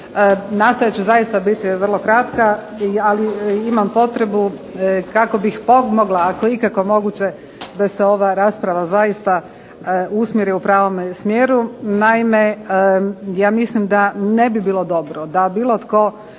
Nastojat ću zaista biti vrlo kratka, ali imam potrebu kako bih pomogla, ako je ikako moguće da se ova rasprava zaista usmjeri u pravome smjeru.